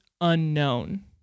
unknown